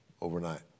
overnight